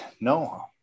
no